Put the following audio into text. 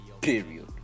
Period